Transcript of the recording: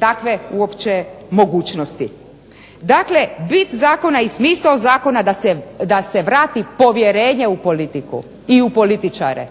takve uopće mogućnosti. Dakle bit zakona i smisao zakona da se vrati povjerenje u politiku, i u političare,